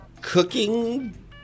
cooking